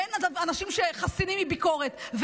ואין אנשים שחסינים מביקורת.